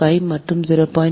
5 மற்றும் 0